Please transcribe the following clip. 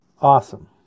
Awesome